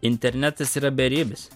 internetas yra beribis